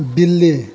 बिल्ली